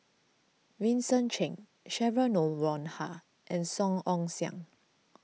Vincent Cheng Cheryl Noronha and Song Ong Siang